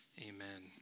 amen